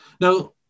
Now